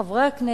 של חברי הכנסת,